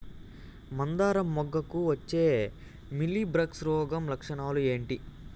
మందారం మొగ్గకు వచ్చే మీలీ బగ్స్ రోగం లక్షణాలు ఏంటి?